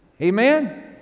Amen